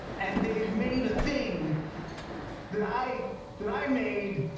and they've made a thing that i that i made,